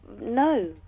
No